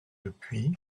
depuis